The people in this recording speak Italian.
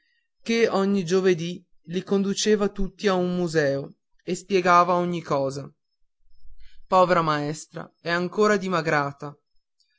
che ogni giovedì li conduceva tutti a un museo e spiegava ogni cosa povera maestra è ancora dimagrita ma